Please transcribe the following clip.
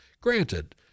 Granted